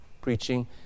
preaching